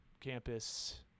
Campus